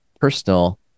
personal